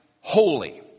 Holy